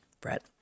Brett